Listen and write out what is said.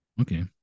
Okay